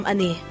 Ani